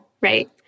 right